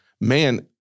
Man